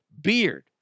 beard